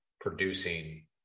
producing